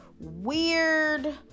weird